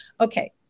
Okay